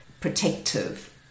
protective